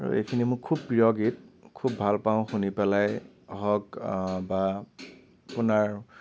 আৰু এইখিনি মোৰ খুব প্ৰিয় গীত খুব ভালপাওঁ শুনি পেলাই হওক বা শুনাৰ